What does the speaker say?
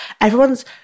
Everyone's